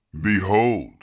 Behold